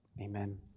Amen